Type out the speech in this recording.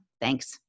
thanks